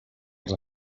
els